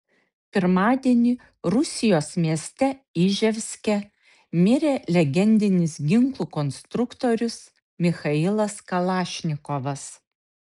pirmadienį rusijos mieste iževske mirė legendinis ginklų konstruktorius michailas kalašnikovas